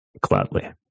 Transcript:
gladly